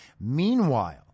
Meanwhile